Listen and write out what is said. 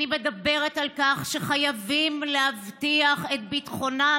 אני מדברת על כך שחייבים להבטיח את ביטחונם